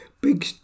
big